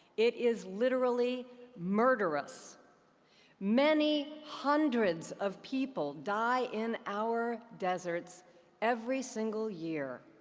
it is literally murderous many hundreds of people die in our deserts every single year.